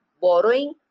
borrowing